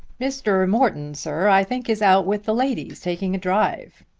mr. morton, sir, i think is out with the ladies, taking a drive.